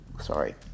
Sorry